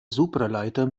supraleiter